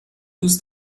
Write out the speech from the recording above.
دوست